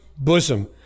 Bosom